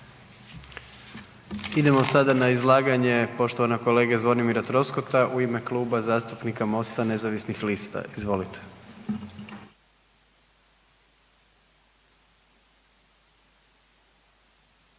Idemo sada na izlaganje poštovanog kolege Zvonimira Troskota u ime Kluba zastupnika MOST-a nezavisnih lista. Izvolite.